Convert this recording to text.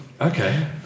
okay